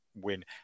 win